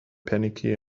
panicky